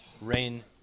rain